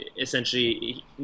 essentially